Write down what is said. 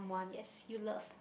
yes you loved